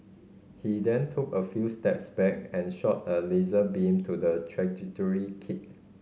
he then took a few steps back and shot a laser beam to the trajectory kit